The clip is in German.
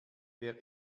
wer